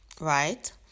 right